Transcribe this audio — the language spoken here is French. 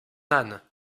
âne